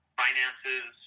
finances